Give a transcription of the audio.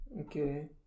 Okay